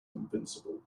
invincible